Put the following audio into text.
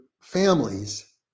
families